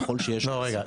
ככל שיש --- לא רגע,